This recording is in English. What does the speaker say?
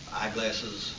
eyeglasses